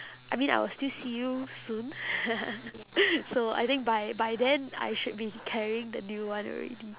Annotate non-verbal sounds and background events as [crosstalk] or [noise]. I mean I will still see you soon [noise] so I think by by then I should be carrying the new one already